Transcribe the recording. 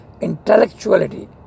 intellectuality